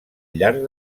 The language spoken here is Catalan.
llarg